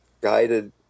guided